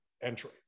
entry